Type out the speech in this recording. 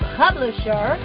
publisher